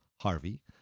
Harvey